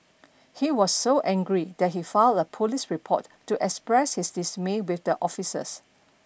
he was so angry that he filed a police report to express his dismay with the officers